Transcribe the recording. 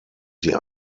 sie